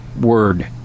word